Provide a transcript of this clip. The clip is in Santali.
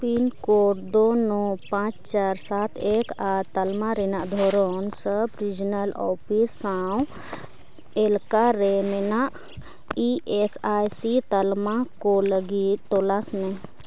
ᱯᱤᱱᱠᱳᱰ ᱫᱚ ᱱᱚ ᱯᱟᱪ ᱪᱟᱨ ᱥᱟᱛ ᱮᱠ ᱟᱨ ᱛᱟᱞᱢᱟ ᱨᱮᱱᱟᱜ ᱫᱷᱚᱨᱚᱱ ᱥᱟᱵᱽ ᱨᱤᱡᱤᱭᱚᱱᱟᱞ ᱚᱯᱷᱤᱥ ᱥᱟᱶ ᱮᱞᱟᱠᱟᱨᱮ ᱢᱮᱱᱟᱜ ᱤ ᱮᱥ ᱟᱭ ᱥᱤ ᱛᱟᱞᱢᱟᱠᱚ ᱞᱟᱹᱜᱤᱫ ᱛᱚᱞᱟᱥ ᱢᱮ